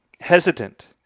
hesitant